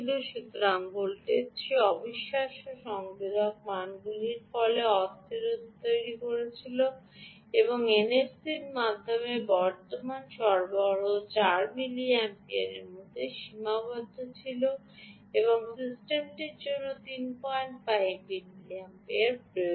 সুতরাং ভোল্টেজটিতে অবিশ্বাস্য সংবেদক মানগুলির ফলে অস্থিরতা সৃষ্টি হয়েছিল এনএফসি এর মাধ্যমে বর্তমান সরবরাহ 4 মিলিঅ্যাম্পিয়ারের মধ্যে সীমাবদ্ধ ছিল এবং সিস্টেমটির জন্য 35 মিলিঅ্যাম্পিয়ার প্রয়োজন